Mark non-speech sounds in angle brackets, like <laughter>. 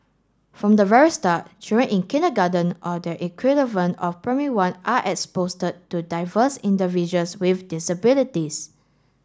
from the very start children in kindergarten or their equivalent of Primary One are expose <unintelligible> to diverse individuals with disabilities